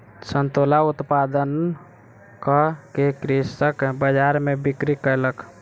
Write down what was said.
संतोला उत्पादन कअ के कृषक बजार में बिक्री कयलक